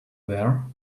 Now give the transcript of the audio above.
there